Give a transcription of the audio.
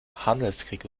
handelskrieg